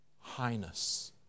Highness